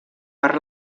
per